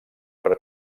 per